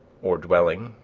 or dwelling,